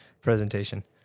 presentation